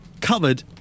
covered